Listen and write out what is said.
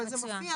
אבל זה מופיע.